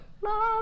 Love